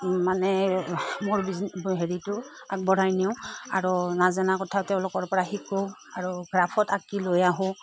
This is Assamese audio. মানে মোৰ হেৰিটো আগবঢ়াই নিওঁ আৰু নজনা কথাও তেওঁলোকৰপৰা শিকোঁ আৰু গ্ৰাফত আঁকি লৈ আহোঁ